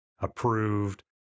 approved